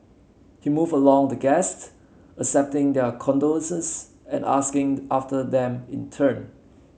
he moved among the guests accepting their condolences and asking after them in turn